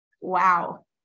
wow